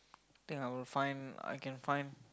think I will find I can find